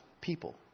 people